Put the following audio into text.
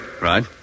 right